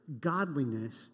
godliness